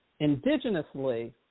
indigenously